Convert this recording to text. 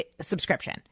subscription